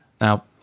now